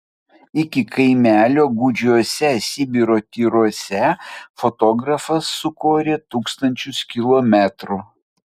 iki kaimelio gūdžiuose sibiro tyruose fotografas sukorė tūkstančius kilometrų